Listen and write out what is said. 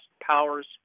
Powers